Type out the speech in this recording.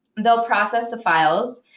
they'll process the files,